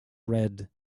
red